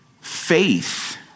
Faith